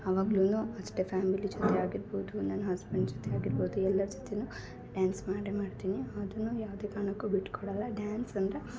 ಅವಾಗ್ಲು ಅಷ್ಟೇ ಫ್ಯಾಮಿಲಿ ಜೊತೆ ಆಗಿರ್ಬೌದು ನನ್ನ ಹಸ್ಬೆಂಡ್ ಜೊತೆ ಆಗಿರ್ಬೌದು ಎಲ್ಲರ ಜೊತೆಗೂ ಡ್ಯಾನ್ಸ್ ಮಾಡೇ ಮಾಡ್ತೀನಿ ಅದನ್ನೂ ಯಾವುದೇ ಕಾರ್ಣಕ್ಕೂ ಬಿಟ್ಕೊಡಲ್ಲ ಡಾನ್ಸ್ ಅಂದರೆ